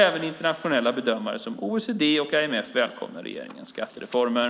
Även internationella bedömare såsom OECD och IMF välkomnar regeringens skattereformer.